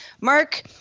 mark